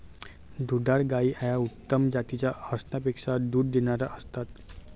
दुधाळ गायी या उत्तम जातीच्या असण्यापेक्षा दूध देणाऱ्या असतात